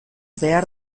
behar